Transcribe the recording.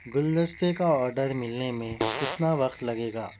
گلدستے کا آرڈر ملنے میں کتنا وقت لگے گا